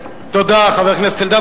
תודה, חבר הכנסת אלדד.